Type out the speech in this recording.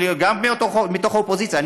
גם מתוך האופוזיציה.